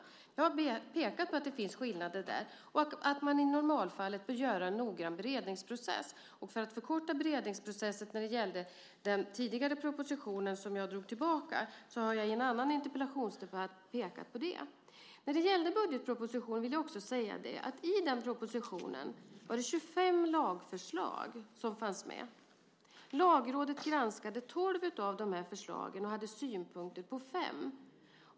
Jag har pekat på att det finns skillnader i fråga om detta och att man i normalfallet bör göra en noggrann beredningsprocess. Och när det gällde att förkorta beredningsprocessen i fråga om den tidigare propositionen som jag drog tillbaka, så har jag i en annan interpellationsdebatt pekat på det. I budgetpropositionen fanns det 25 lagförslag. Lagrådet granskade tolv av dessa förslag och hade synpunkter på fem.